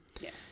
Yes